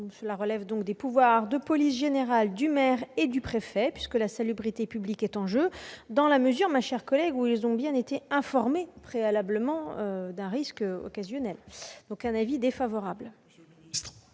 relève des pouvoirs de police générale du maire et du préfet, la salubrité publique étant en jeu, dans la mesure, ma chère collègue, où ils ont bien été informés préalablement d'un risque occasionnel. J'émets, au nom de